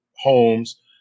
Homes